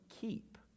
keep